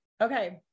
Okay